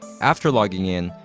after logging in,